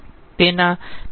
તેના 2 મુખ્ય ફાયદા થયા છે